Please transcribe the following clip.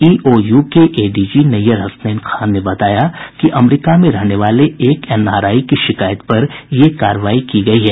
EOU के ADG Nayyar Hasnain Khan ने बताया कि अमरीका में रहने वाले एक एनआरआई की शिकायत पर यह कार्रवाई की गयी है